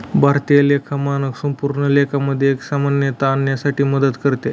भारतीय लेखा मानक संपूर्ण लेखा मध्ये एक समानता आणण्यासाठी मदत करते